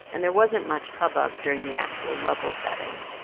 and there wasn't much hubbub during the actual level setting.